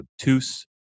obtuse